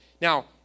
Now